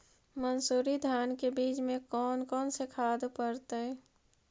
मंसूरी धान के बीज में कौन कौन से खाद पड़तै?